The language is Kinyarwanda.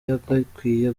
yagakwiye